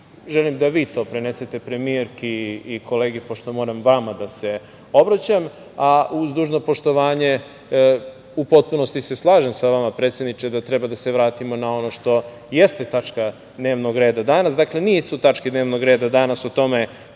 Želim da vi to prenesete premijerki i kolegi, pošto moram vama da se obraćam. Uz dužno poštovanje, u potpunosti se slažem sa vama, predsedniče, da treba da se vratimo na ono što jeste tačka dnevnog reda danas. Dakle, nisu tačke dnevnog reda danas o tome